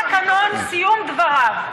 אדוני, אדוני, אין בתקנון "סיום דבריו".